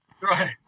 right